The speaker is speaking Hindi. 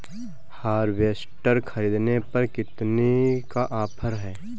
हार्वेस्टर ख़रीदने पर कितनी का ऑफर है?